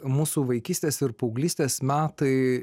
mūsų vaikystės ir paauglystės metai